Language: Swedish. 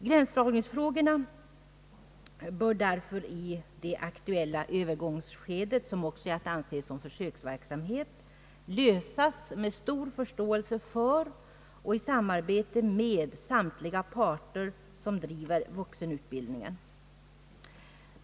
Gränsdragningsfrågorna bör därför i det aktuella övergångsskedet — som också är att anse som försöksverksamhet — lösas med stor förståelse för och i samarbete med alla parter som driver vuxenutbildningen.